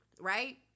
right